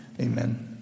Amen